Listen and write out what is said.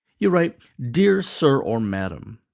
you write dear sir or madam.